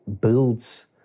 builds